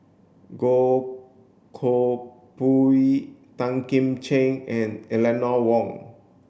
Goh Koh Pui Tan Kim Ching and Eleanor Wong